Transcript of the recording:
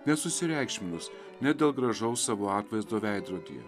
nesusireikšminus ne dėl gražaus savo atvaizdo veidrodyje